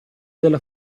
della